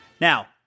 Now